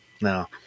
No